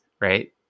right